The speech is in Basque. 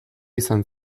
izan